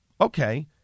Okay